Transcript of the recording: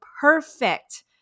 perfect